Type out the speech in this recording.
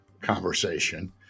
conversation